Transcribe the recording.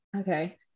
Okay